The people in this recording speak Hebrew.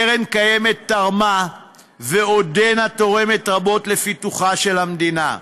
קרן קיימת תרמה ועודנה תורמת רבות לפיתוחה של המדינה,